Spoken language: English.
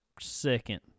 second